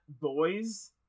boys